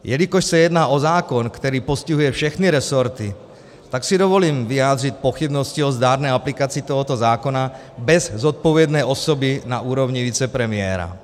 Jelikož se jedná o zákon, který postihuje všechny resorty, tak si dovolím vyjádřit pochybnosti o zdárné aplikaci tohoto zákona bez zodpovědné osoby na úrovni vicepremiéra.